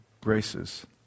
graces